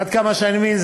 עד כמה שאני מבין,